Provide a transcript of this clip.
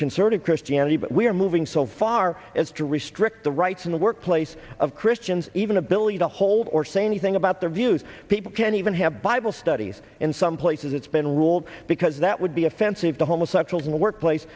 conservative christianity but we are moving so far as to restrict the rights in the workplace of christians even ability to hold or say anything about their views people can even have bible studies in some places it's been ruled because that would be offensive to homosexuals in the workplace